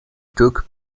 took